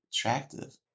attractive